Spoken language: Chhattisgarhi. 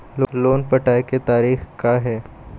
लोन पटाए के तारीख़ का हे?